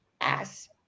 ass